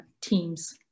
teams